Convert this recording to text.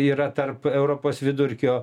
yra tarp europos vidurkio